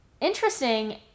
interesting